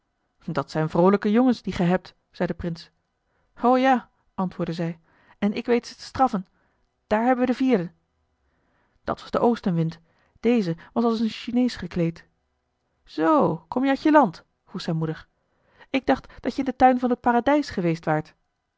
dat zijn vroolijke jongens die ge hebt zei de prins o ja antwoordde zij en ik weet ze te straffen daar hebben we den vierde dat was de oostenwind deze was als een chinees gekleed zoo kom je uit je land vroeg zijn moeder ik dacht dat je in den tuin van het paradijs geweest waart